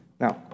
Now